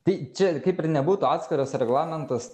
tai čia kaip ir nebūtų atskiras reglamentas